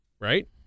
right